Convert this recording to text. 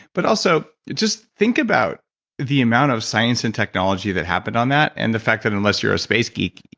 but also, just think about the amount of science and technology that happened on that and the fact that, unless you're a space geek,